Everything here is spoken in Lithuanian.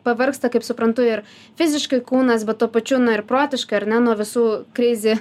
pavargsta kaip suprantu ir fiziškai kūnas bet tuo pačiu ir protiškai ar ne nuo visų kreizi